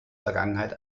vergangenheit